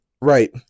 Right